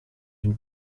une